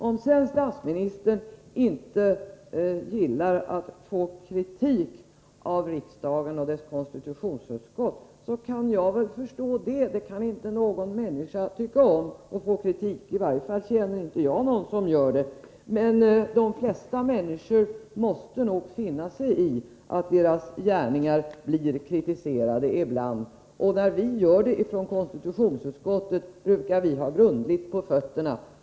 Om sedan statsministern inte gillar att få kritik av riksdagen och dess konstitutionutskott, så kan jag förstå det. Ingen människa kan väl tycka om att få kritik — i varje fall känner inte jag till någon som gör det — men de flesta människor måste nog finna sig i att deras gärningar blir kritiserade ibland. När vi i konstitutionsutskottet framför kritik, brukar vi ha grundligt på fötterna.